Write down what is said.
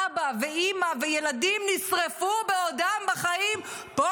אבא ואימא וילדים נשרפו בעודם בחיים פה,